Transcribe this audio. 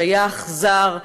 שייך וזר.